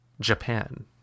Japan